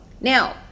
Now